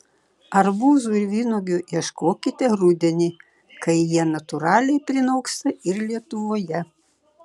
arbūzų ir vynuogių ieškokite rudenį kai jie natūraliai prinoksta ir lietuvoje